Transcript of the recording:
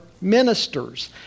ministers